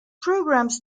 programs